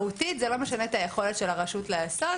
מהותית זה לא משנה את היכולת של הרשות לעשות,